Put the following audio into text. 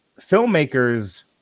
filmmakers